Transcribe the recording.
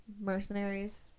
mercenaries